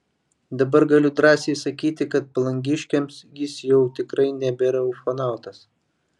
dabar galiu drąsiai sakyti kad palangiškiams jis jau tikrai nebėra ufonautas